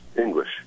English